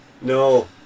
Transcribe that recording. No